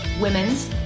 women's